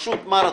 פשוט מרתון.